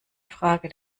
frage